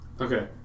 Okay